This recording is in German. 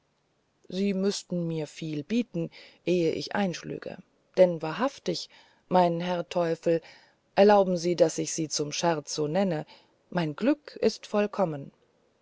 sie müßten mir viel bieten ehe ich einschlüge denn wahrhaftig mein herr teufel erlauben sie daß ich sie zum scherz so nenne mein glück ist vollkommen